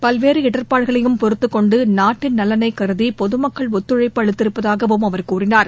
பல்வேறு இடர்பாடுகளையும் பொறுத்துக் கொண்டு நாட்டின் நலனை கருதி பொதுமக்கள் ஒத்துழைப்பு அளித்திருப்பதாகவும் அவர் கூறினார்